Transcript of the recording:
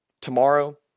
tomorrow